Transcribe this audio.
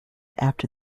after